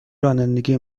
رانندگی